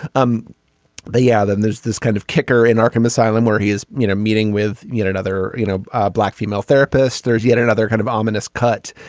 um yeah. then there's this kind of kicker in arkham asylum where he is you know meeting with yet another you know ah black female therapist. there's yet another kind of ominous cut.